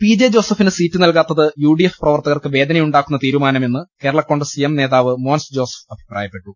P J ജോസഫിന് seat നൽകാത്തത് UDF പ്രവർത്ത കർക്ക് വേദനയുണ്ടാക്കുന്ന തീരുമാനമെന്ന് കേരള കോൺഗ്രസ് എം നേതാവ് മോൻസ്ജോസഫ് അഭിപ്രായപ്പെട്ടു